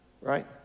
right